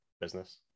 Business